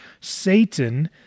Satan